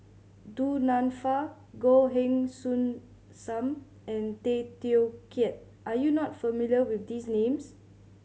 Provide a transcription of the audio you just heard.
Du Nanfa Goh Heng Soon Sam and Tay Teow Kiat are you not familiar with these names